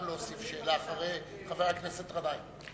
להוסיף שאלה אחרי חבר הכנסת גנאים.